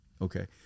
Okay